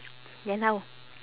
then how